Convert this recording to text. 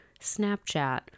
Snapchat